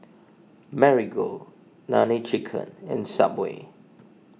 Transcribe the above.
Marigold Nene Chicken and Subway